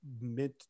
mid